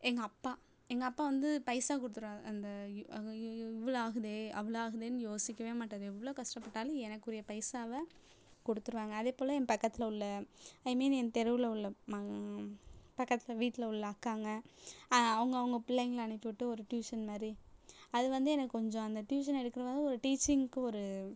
எங்கள் அப்பா எங்கள் அப்பா வந்து பைசா கொடுத்துருவாங்க அந்த இவ்வளோ ஆகுதே அவ்வளோ ஆகுதேன்னு யோசிக்கவே மாட்டார் எவ்வளோ கஷ்டப்பட்டாலும் எனக்குரிய பைசாவை கொடுத்துருவாங்க அதேபோல் என் பக்கத்தில் உள்ள ஐ மீன் என் தெருவில் உள்ள ம பக்கத்து வீட்டில் உள்ள அக்காங்க அவங்கவுங்க பிள்ளைகள அனுப்பிவிட்டு ஒரு டியூஷன் மாதிரி அது வந்து எனக்கு கொஞ்சம் அந்த டியூஷன் எடுக்குறதுனால ஒரு டீச்சிங்குக்கு ஒரு